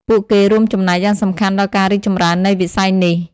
ពួកគេរួមចំណែកយ៉ាងសំខាន់ដល់ការរីកចម្រើននៃវិស័យនេះ។